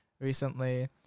recently